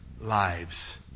lives